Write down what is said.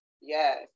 yes